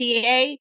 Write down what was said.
PA